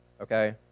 Okay